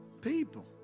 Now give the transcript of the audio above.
People